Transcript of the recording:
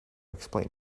explain